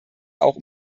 auch